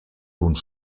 uns